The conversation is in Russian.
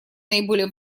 наиболее